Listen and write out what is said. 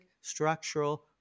structural